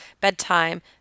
bedtime